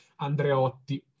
Andreotti